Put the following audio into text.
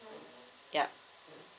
yup